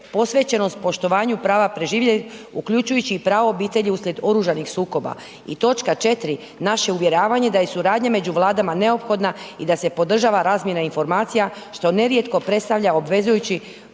posvećenost poštovanju prava preživjelih uključujući i pravo obitelji uslijed oružanih sukoba. I točka 4, naše uvjeravanje da je suradnja među Vladama neophodna i da se podržava razmjena informacija što nerijetko predstavlja obvezujući